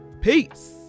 Peace